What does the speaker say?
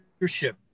leadership